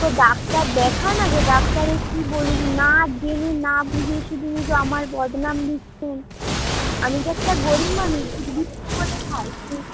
তো ডাক্তার দেখান আগে ডাক্তারে কি বলুক না জেনে না বুঝে শুধু শুধু আমার বদনাম দিচ্ছেন আমি তো একটা গরিব মানুষ দুধ করে